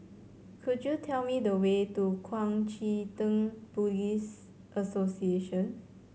could you tell me the way to Kuang Chee Tng Buddhist Association